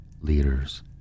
leaders